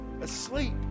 asleep